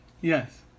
Yes